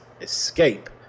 Escape